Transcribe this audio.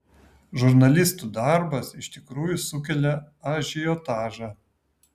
žurnalistų darbas iš tikrųjų sukelia ažiotažą